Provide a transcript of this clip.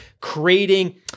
creating